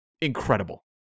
incredible